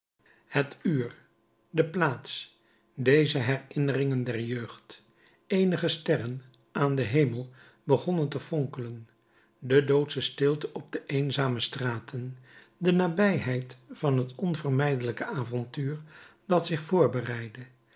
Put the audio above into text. het uur de plaats deze herinneringen der jeugd eenige sterren die aan den hemel begonnen te fonkelen de doodsche stilte op de eenzame straten de nabijheid van het onvermijdelijke avontuur dat zich voorbereidde